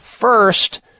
first